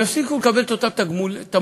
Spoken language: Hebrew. הם יפסיקו לקבל את אותם תמלוגים.